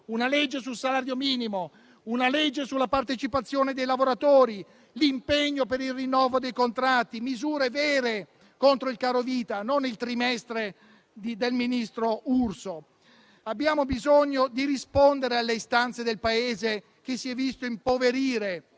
una legge sul salario minimo, di una legge sulla partecipazione dei lavoratori e dell'impegno per il rinnovo dei contratti, insomma, misure vere contro il carovita, non il trimestre del ministro Urso. Abbiamo bisogno di rispondere alle istanze del Paese, che si è visto impoverire